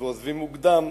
ועוזבים מוקדם,